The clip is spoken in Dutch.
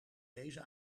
deze